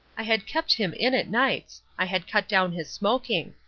i had kept him in at nights. i had cut down his smoking.